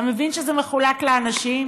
אתה מבין שזה מחולק לאנשים?